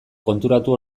konturatu